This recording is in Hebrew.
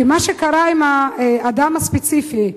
כי מה שקרה עם אדם ספציפי,